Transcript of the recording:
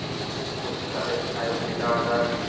বাসমতী চালে কি হাইব্রিড দেওয়া য়ায়?